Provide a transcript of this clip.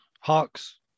Hawks